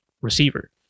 receiver